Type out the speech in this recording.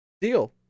deal